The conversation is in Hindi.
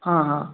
हाँ हाँ